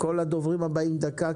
כל הדוברים הבאים דקה,